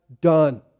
done